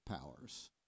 powers